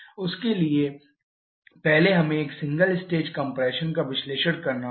उसके लिए पहले हमें एक सिंगल स्टेज कम्प्रेशन का विश्लेषण करना होगा